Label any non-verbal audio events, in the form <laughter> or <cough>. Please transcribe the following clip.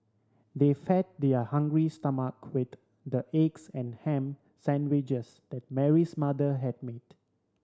they fed their hungry stomach with the eggs and ham sandwiches <unintelligible> Mary's mother had made